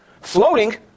floating